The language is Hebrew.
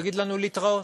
תגיד לנו: להתראות.